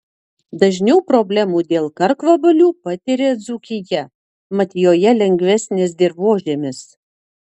dažniau problemų dėl karkvabalių patiria dzūkija mat joje lengvesnis dirvožemis